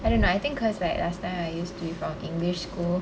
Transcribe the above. I don't know I think cause like last time I used to be from english school